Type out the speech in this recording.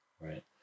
right